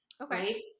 Okay